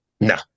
No